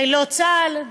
חילות צה"ל.